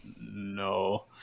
no